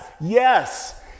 Yes